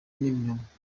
n’ibinyoma